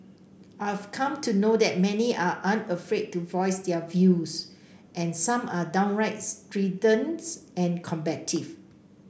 I've come to know that many are unafraid to voice their views and some are downright strident and combative